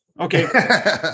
Okay